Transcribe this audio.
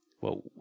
Whoa